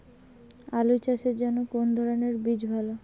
আলু চাষের জন্য কোন ধরণের বীজ ভালো?